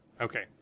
Okay